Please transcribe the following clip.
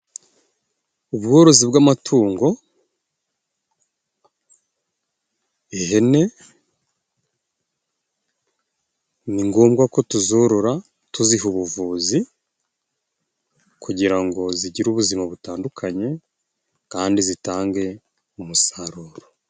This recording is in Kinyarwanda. Ubworozi bw'amatungo, ihene ni ngombwa ko tuzorora tuziha ubuvuzi kugira ngo zigire ubuzima butandukanye kandi zitange umusaruro.